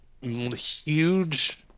huge